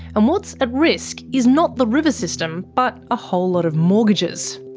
and what's at risk is not the river system, but a whole lot of mortgages.